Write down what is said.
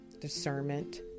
discernment